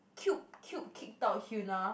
Cube Cube kicked out Hyuna